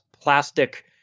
plastic